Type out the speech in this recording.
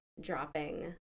dropping